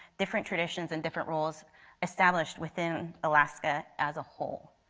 different traditions and different roles established within alaska as a whole.